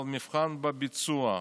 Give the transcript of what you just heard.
אבל המבחן הוא בביצוע,